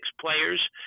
players